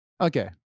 Okay